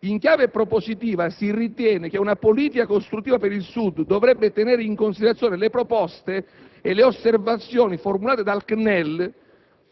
In chiave propositiva, si ritiene che una politica costruttiva per il Sud dovrebbe tenere in considerazione le proposte e le osservazioni formulate dal CNEL,